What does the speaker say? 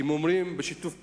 כי אם אומרים בשיתוף פעולה,